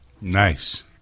Nice